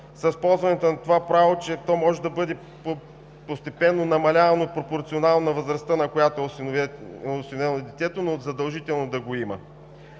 че ползването на това право да може да бъде постепенно намалявано пропорционално на възрастта, на която е осиновено детето, но задължително да го има.